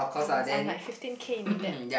goodness I'm like fifteen K in debt